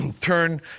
turn